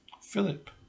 Philip